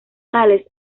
tales